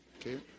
Okay